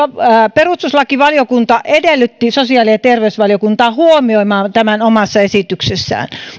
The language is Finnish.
perustuslakivaliokunta edellytti sosiaali ja terveysvaliokuntaa huomioimaan tämän omassa esityksessään